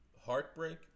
heartbreak